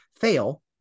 fail